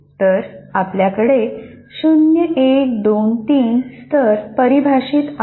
तर आपल्याकडे 0 1 2 3 स्तर परिभाषित आहेत